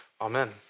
Amen